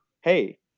hey